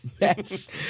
Yes